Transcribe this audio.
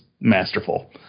masterful